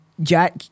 Jack